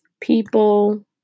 people